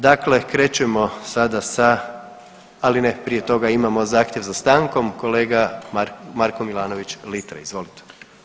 Dakle, krećemo sada sa, ali ne, prije toga imamo zahtjev za stankom, kolega Marko Milanović Litre, izvolite.